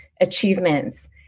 achievements